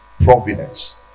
providence